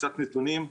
קצת נתונים,